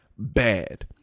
Bad